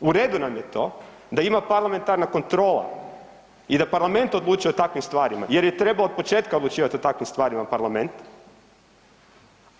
U redu nam je to da ima parlamentarna kontrola i da Parlament odlučuje o takvim stvarima jer je trebao od početka odlučivati o takvim stvarima Parlament,